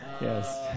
Yes